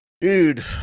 dude